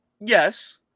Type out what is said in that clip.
Yes